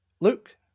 Luke